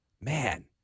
man